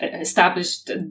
established